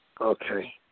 Okay